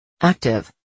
Active